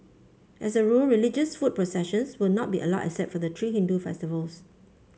as a rule religious foot processions will not be allowed except for the three Hindu festivals